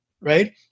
right